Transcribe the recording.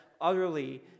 utterly